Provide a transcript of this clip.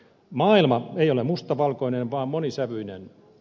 maailma ei ole mustavalkoinen vaan monisävyinen